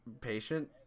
patient